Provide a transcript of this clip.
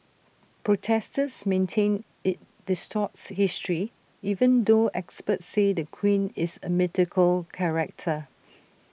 protesters maintain IT distorts history even though experts say the queen is A mythical character